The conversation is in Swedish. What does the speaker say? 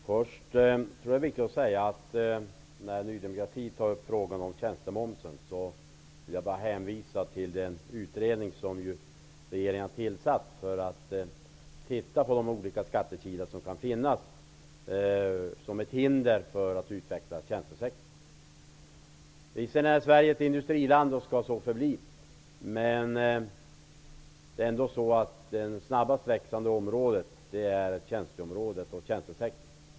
Fru talman! Eftersom Ny demokrati tar upp frågan om tjänstemomsen, vill jag hänvisa til den utredning som regeringen tillsatt, för att undersöka de olika skattekilar som kan finnas till hinder för att utveckla tjänstesektorn. Visserligen är Sverige ett industriland, och skall så förbli, men det snabbast växande området är dock tjänstesektorn.